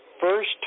first